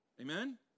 Amen